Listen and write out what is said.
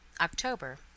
October